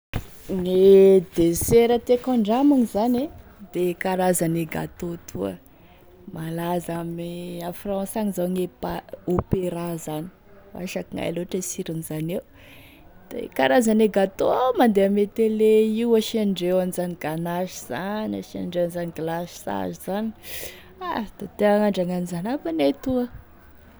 Gne desera tiako handramagny zany e de e karazane gâteau toa, malaza ame a France agny zao e pa- opéra zany vasa akognaia loatry e siron'izany eo, da karazane gâteau mandeha ame télé io asiandreo an'izany ganache zany asiandreo an'izany glaçage zany, ha da ta hagnandragny an'izany aby anay toa.